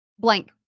Blank